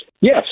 Yes